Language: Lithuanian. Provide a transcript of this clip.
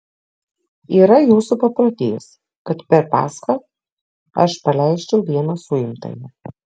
yra jūsų paprotys kad per paschą aš paleisčiau vieną suimtąjį